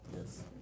Yes